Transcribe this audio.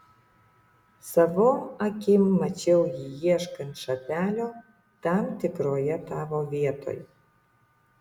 savom akim mačiau jį ieškant šapelio tam tikroje tavo vietoj